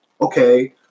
okay